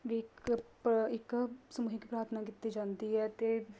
ਵੀ ਇੱਕ ਪ ਇੱਕ ਸਮੂਹਿਕ ਪ੍ਰਾਥਨਾ ਕੀਤੀ ਜਾਂਦੀ ਹੈ ਅਤੇ